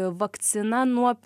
vakciną nuo